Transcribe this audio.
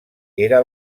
era